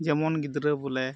ᱡᱮᱢᱚᱱ ᱜᱤᱫᱽᱨᱟᱹ ᱵᱚᱞᱮ